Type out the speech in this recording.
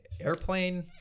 Airplane